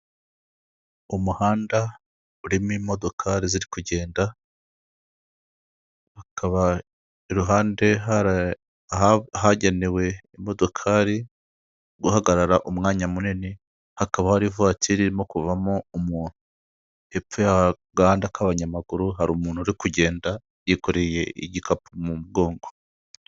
Umuhanda urimo imodokari ziri kugend hakaba iruhande hari ahagenewe imodokari guhagarara umwanya munini, hakaba hari ivatiri irimo kuvamo umuntu, hepfo y'agahanda k'abanyamaguru hari umuntu uri kugenda yikoreye igikapu mu mugongo.